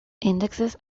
indexes